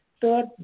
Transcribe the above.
third